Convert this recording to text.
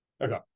Okay